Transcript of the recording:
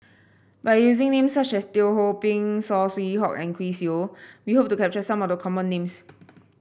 by using names such as Teo Ho Pin Saw Swee Hock and Chris Yeo we hope to capture some of the common names